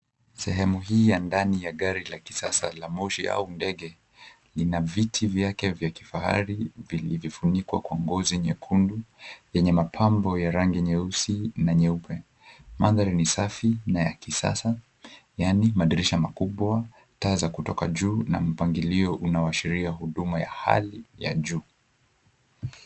Sehemu hii ya ndani ya gari la kisasa la moshi au ndege, ina viti vyake vya kifahari vilivyofunikwa kwa ngozi nyekundu yenye mapambo ya rangi nyeusi na nyeupe. Mandhari ni safi na ya kisasa yaani madirisha makubwa, taa za kutoka juu na mpangilio unaoashiria huduma wa hali ya juu.